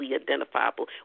identifiable